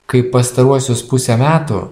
kaip pastaruosius pusę metų